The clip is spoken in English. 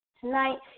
Tonight